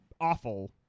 awful